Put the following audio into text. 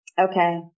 Okay